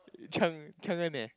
Cheng Cheng-En eh